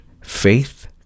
faith